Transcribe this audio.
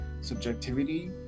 subjectivity